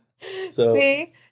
See